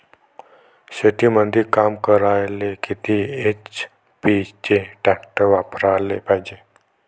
शेतीमंदी काम करायले किती एच.पी चे ट्रॅक्टर वापरायले पायजे?